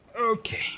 Okay